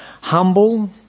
humble